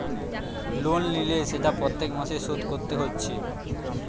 loan লিলে সেটা প্রত্যেক মাসে শোধ কোরতে হচ্ছে